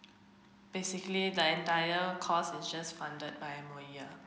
basically the entire course is just funded by M_O_E yeah